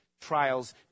trials